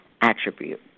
attribute